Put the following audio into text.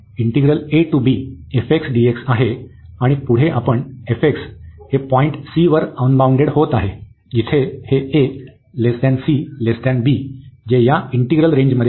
आणि पुढे आपण f हे पॉईंट c वर अनबाउंडेड होत आहे जिथे हे a c b जे या इंटिग्रल रेंजमध्ये आहे